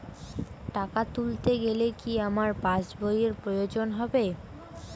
টাকা তুলতে গেলে কি আমার পাশ বইয়ের প্রয়োজন হবে?